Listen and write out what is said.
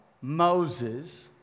Moses